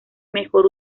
mejor